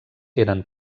eren